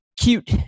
cute